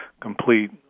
complete